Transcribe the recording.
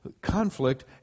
conflict